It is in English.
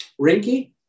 Rinky